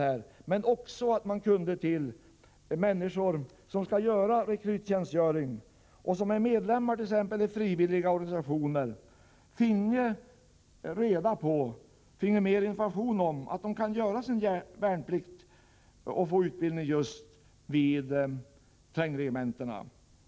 Men det vore också bra om människor som skall göra rekryttjänstgöring och som är medlemmar i t.ex. frivilliga organisationer finge mer information om att de kan göra sin värnplikt och få denna typ av utbildning just vid trängregementena.